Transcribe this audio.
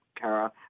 Kara